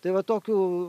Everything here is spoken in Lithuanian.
tai va tokių